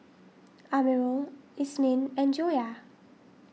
Amirul Isnin and Joyah